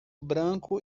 branco